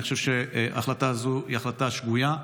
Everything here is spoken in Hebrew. אני חושב שההחלטה הזאת היא החלטה שגויה.